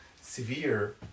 severe